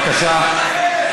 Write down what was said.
בבקשה.